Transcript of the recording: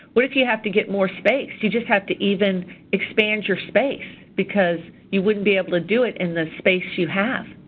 where do you have to get more space? you just have to even expand your space because you wouldn't be able to do it in the space you have,